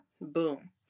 Boom